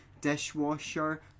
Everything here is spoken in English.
dishwasher